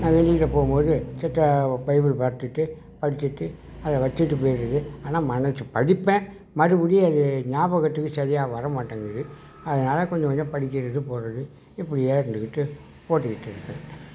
நான் வெளியில் போகும்போது செத்த பைபிள் பார்த்துட்டு படிச்சுட்டு அதை வச்சுட்டு போயிடுறது ஆனால் மனது படிப்பேன் மறுபடியும் அது ஞாபகத்துக்கு சரியாக வர மாட்டேங்குது அதனால் கொஞ்சம் கொஞ்சம் படிக்கிறது போகிறது இப்படியே இருந்துக்கிட்டு ஓட்டிகிட்டு இருக்கேன்